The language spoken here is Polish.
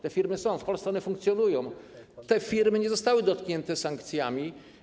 Te firmy są, w Polsce one funkcjonują, te firmy nie zostały dotknięte sankcjami.